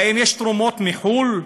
האם יש תרומות מחו"ל?